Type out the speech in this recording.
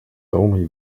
only